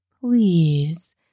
Please